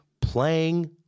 playing